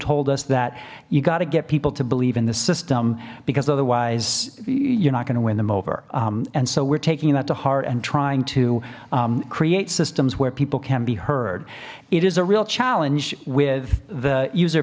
told us that you got to get people to believe in the system because otherwise you're not going to win them over and so we're taking that to heart and trying to create systems where people can be heard it is a real challenge with the user